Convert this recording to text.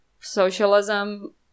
socialism